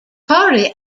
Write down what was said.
party